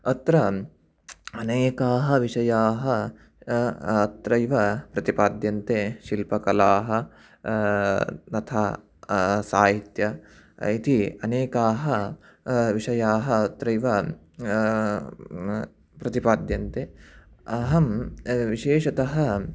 अत्र अनेकाः विषयाः अत्रैव प्रतिपाद्यन्ते शिल्पकलाः तथा साहित्यम् इति अनेकाः विषयाः अत्रैव प्रतिपाद्यन्ते अहं विशेषतः